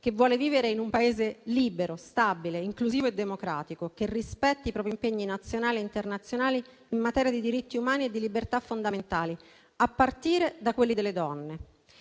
che vuole vivere in un Paese libero, stabile, inclusivo e democratico, che rispetti i propri impegni nazionali e internazionali in materia di diritti umani e di libertà fondamentali, a partire da quelli delle donne.